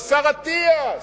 השר אטיאס,